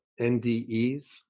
NDEs